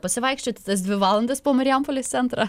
pasivaikščioti tas dvi valandas po marijampolės centrą